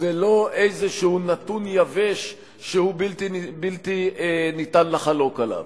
ולא איזה נתון יבש שבלתי ניתן לחלוק עליו.